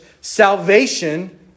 salvation